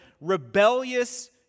Rebellious